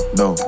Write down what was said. no